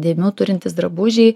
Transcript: dėmių turintys drabužiai